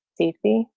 safety